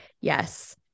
Yes